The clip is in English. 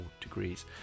degrees